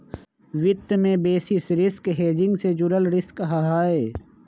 वित्त में basis risk hedging से जुड़ल रिस्क हहई